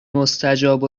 مستجاب